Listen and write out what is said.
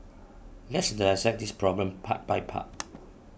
let's dissect this problem part by part